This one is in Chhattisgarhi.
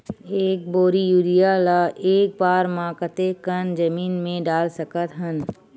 एक बोरी यूरिया ल एक बार म कते कन जमीन म डाल सकत हन?